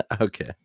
Okay